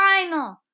final